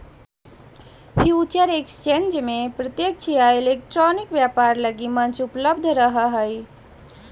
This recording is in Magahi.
फ्यूचर एक्सचेंज में प्रत्यक्ष या इलेक्ट्रॉनिक व्यापार लगी मंच उपलब्ध रहऽ हइ